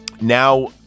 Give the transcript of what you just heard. Now